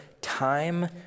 time